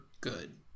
good